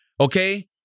Okay